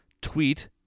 tweet